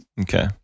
Okay